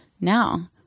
now